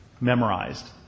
memorized